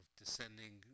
descending